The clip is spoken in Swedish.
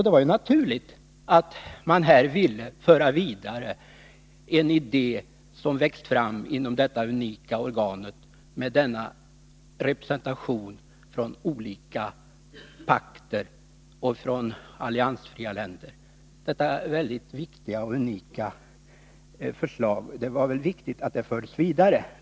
Det var också naturligt att man ville föra vidare en idé som växt fram inom detta unika organ med representation från olika pakter och alliansfria länder. Det var viktigt att det här betydelsefulla förslaget fördes vidare.